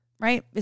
right